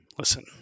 Listen